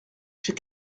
j’ai